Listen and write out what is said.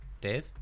Dave